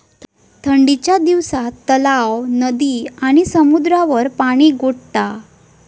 ठंडीच्या दिवसात तलाव, नदी आणि समुद्रावर पाणि गोठता